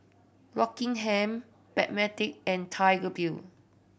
Rockingham Backpedic and Tiger Beer